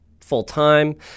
full-time